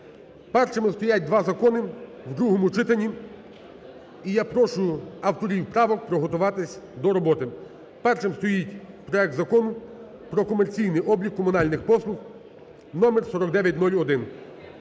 Першими стоять два закони в другому читанні. І я прошу авторів правок приготуватись до роботи. Першим стоїть проект Закону про комерційний облік комунальних послуг (номер 4901).